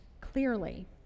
clearly